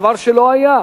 דבר שלא היה.